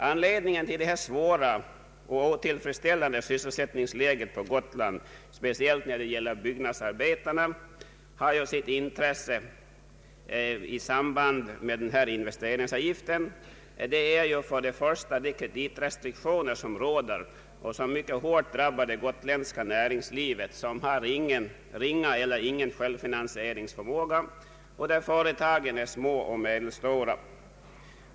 Anledningen till detta svåra och ganska otillfredsställande sysselsättningsläge på Gotland speciellt när det gäller byggnadsarbetarna, något som har intresse i samband med den nu föreslagna investeringsavgiften, är ju först och främst de kreditrestriktioner som råder och som mycket hårt drabbar det got ländska näringslivet vilket har ringa eller ingen självfinansieringsförmåga och där företagen är små och medelstora.